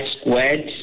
squared